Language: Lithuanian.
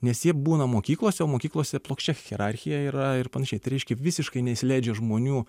nes jie būna mokyklose o mokyklose plokščia hierarchija yra ir panašiai tai reiškia visiškai neįsileidžia žmonių